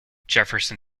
jefferson